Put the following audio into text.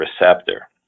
receptor